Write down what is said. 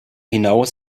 hinaus